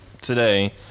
today